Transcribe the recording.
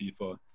FIFA